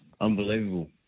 unbelievable